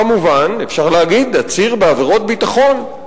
כמובן, אפשר להגיד, עציר בעבירות ביטחון,